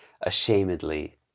ashamedly